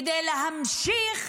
כדי להמשיך.